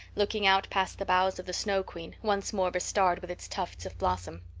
looking out past the boughs of the snow queen, once more bestarred with its tufts of blossom.